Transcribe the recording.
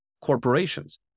Corporations